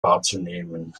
wahrzunehmen